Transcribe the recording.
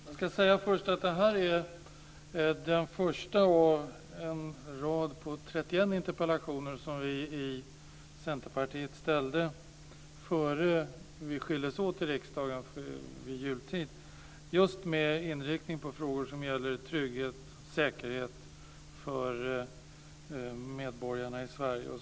Fru talman! Jag vill först säga att det här är den första av en rad på 31 interpellationer som vi i Centerpartiet framställde innan vi i riksdagen skildes åt vid jultid just med inriktning på frågor som gäller trygghet, säkerhet för medborgarna i Sverige.